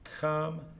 come